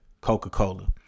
Coca-Cola